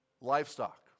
Livestock